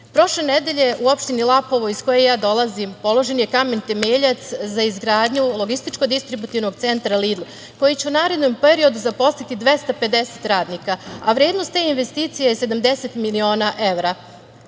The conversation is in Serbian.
gradi. Prošle nedelje u opštini Lapovo iz koje dolazim, položen je kamen temeljac za izgradnju logističko distributivnog centra „Lidl“ koji će u narednom periodu zaposliti 250 radnika, a vrednost te investicije je 70 miliona evra.